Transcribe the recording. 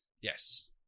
Yes